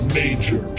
major